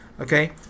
Okay